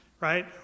right